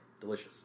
Delicious